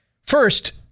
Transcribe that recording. First